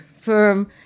firm